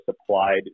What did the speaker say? supplied